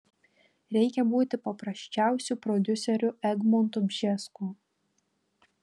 reikia būti paprasčiausiu prodiuseriu egmontu bžesku